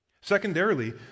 Secondarily